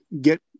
get